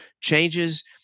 Changes